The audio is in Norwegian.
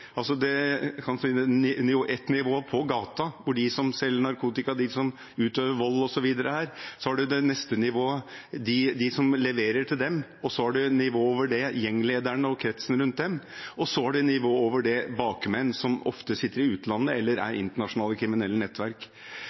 nivå er på gata, hvor de som selger narkotika, de som utøver vold osv., er. Det neste nivået er de som leverer til dem. Nivået over der er gjenglederne og kretsen rundt dem. Og nivået over der er bakmenn, som ofte sitter i utlandet eller inngår i internasjonale kriminelle nettverk.